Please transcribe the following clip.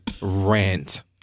...rant